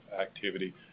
activity